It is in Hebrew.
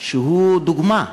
שהוא דוגמה,